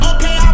Okay